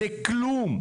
זה כלום.